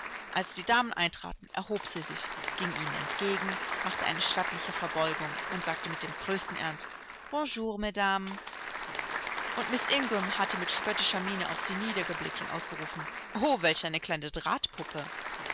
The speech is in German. als die damen eintraten erhob sie sich ging ihnen entgegen machte eine stattliche verbeugung und sagte mit dem größten ernst bonjour mesdames und miß ingram hatte mit spöttischer miene auf sie niedergeblickt und ausgerufen o welch eine